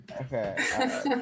Okay